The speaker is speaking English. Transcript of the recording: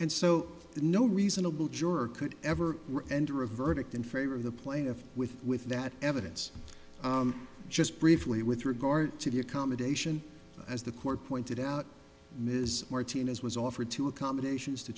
that no reasonable juror could ever enter a verdict in favor of the plaintiff with with that evidence just briefly with regard to the accommodation as the court pointed out ms martinez was offered to accommodations to